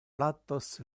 plattos